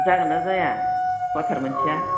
जागोनना जाया कवाटार मोनसेया